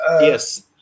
yes